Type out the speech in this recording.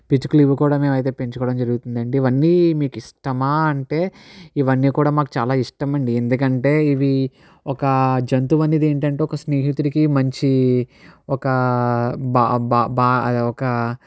పిచుకలు ఇవి కూడా మేమైతే పెంచుకోవడం జరుగుతుందండి ఇవన్నీ మీకు ఇష్టమా అంటే ఇవన్నీ కూడా మాకు చాలా ఇష్టమండి ఎందుకంటే ఇవి ఒక జంతువు అనేది ఏంటంటే ఒక స్నేహితుడికి మంచి ఒక బా బ బ ఒక